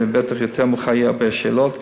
בטח יותר מאוחר יהיו הרבה שאלות,